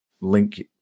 link